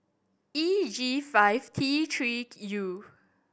E G five T Three U